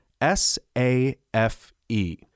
S-A-F-E